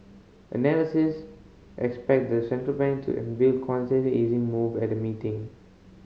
analysts expect the central bank to unveil easing move at the meeting